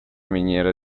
miniera